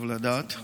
טוב לדעת.